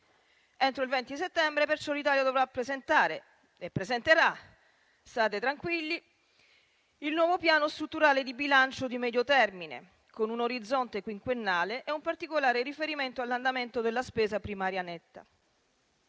Entro il 20 settembre perciò l'Italia dovrà presentare - e presenterà, state tranquilli - il nuovo piano strutturale di bilancio di medio termine, con un orizzonte quinquennale e un particolare riferimento all'andamento della spesa primaria netta.